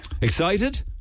Excited